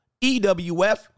EWF